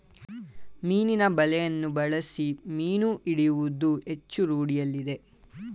ಮೀನಿನ ಬಲೆಯನ್ನು ಬಳಸಿ ಮೀನು ಹಿಡಿಯುವುದು ಹೆಚ್ಚು ರೂಢಿಯಲ್ಲಿದೆ